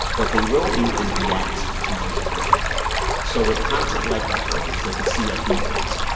what they will do is react to user's behavior so with content like upworthy's, they could see a few things.